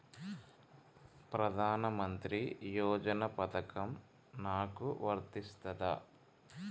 ప్రధానమంత్రి యోజన పథకం నాకు వర్తిస్తదా?